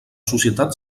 societat